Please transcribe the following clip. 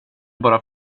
bara